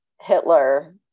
Hitler